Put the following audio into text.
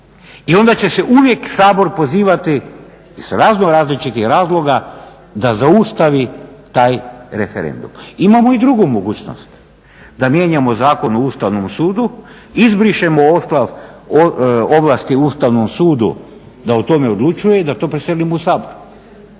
i onda će se uvijek Sabor pozivati iz razno različitih razloga da zaustavi taj referendum. Imamo i drugu mogućnost, da mijenjamo Zakon o Ustavnom sudu, izbrišemo ovlasti Ustavnom sudu da o tome odlučuje i da to preselimo u Sabor,